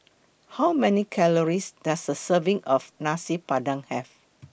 How Many Calories Does A Serving of Nasi Padang Have